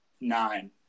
Nine